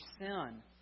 sin